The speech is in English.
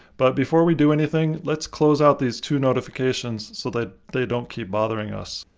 but before we do anything, let's close out these two notifications so that they don't keep bothering us.